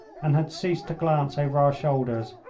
and had ceased to glance over our shoulders,